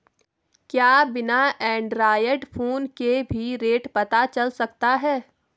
क्या बिना android phone के भी रेट पता चल सकता है?